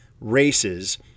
races